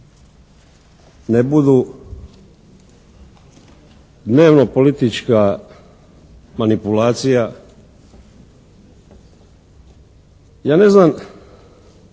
ne budu dnevno-politička manipulacija ja ne znam